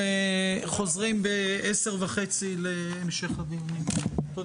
הישיבה ננעלה בשעה 10:20.